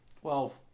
Twelve